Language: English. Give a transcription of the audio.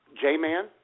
J-Man